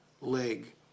leg